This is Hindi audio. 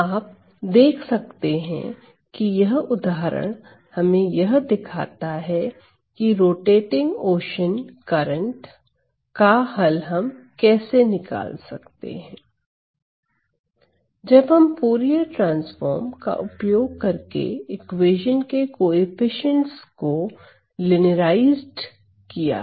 आप देख सकते हैं कि यह उदाहरण हमें यह दिखाता है की रोटेटिंग ओशन करंट का हल हम कैसे निकाल सकते हैं जब हम फूरिये ट्रांसफॉर्म का उपयोग करके इक्वेशन के कोफिशिएंट्स को लिनियराइज्ड किया है